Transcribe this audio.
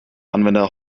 anwender